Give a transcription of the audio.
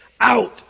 out